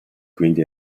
quindi